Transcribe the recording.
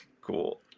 cool